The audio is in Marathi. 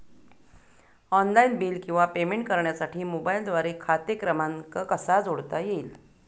ऑनलाईन बिल किंवा पेमेंट करण्यासाठी मोबाईलद्वारे खाते क्रमांक कसा जोडता येईल?